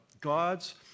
God's